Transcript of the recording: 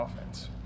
offense